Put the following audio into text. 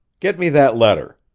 get me that letter!